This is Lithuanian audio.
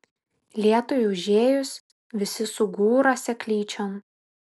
lietui užėjus visi sugūra seklyčion